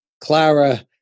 Clara